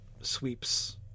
sweeps